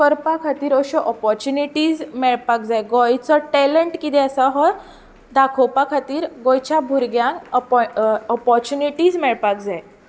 करपा खातीर अशो ऑपोर्चुनिटीज मेळपाक जाय गोंयचो टॅलंट कितें आसा हो दाखोवपा खातीर गोंयच्या भुरग्यांक ऑपोर्चुनिटीज मेळपाक जाय